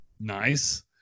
nice